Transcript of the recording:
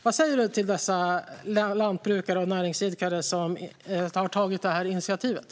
Vad säger John Widegren till dessa lantbrukare och näringsidkare som har tagit det här initiativet?